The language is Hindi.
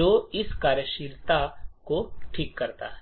जो इस कार्यशीलता को ठीक करेगा